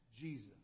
Jesus